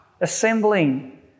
assembling